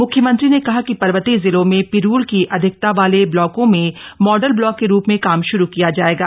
मुख्यमंत्री ने कहा कि पर्वतीय जिलों में पिरूल की अधिकता वाले ब्लॉकों में मॉडल ब्लॉक के रूप में काम शुरू किया जाएगा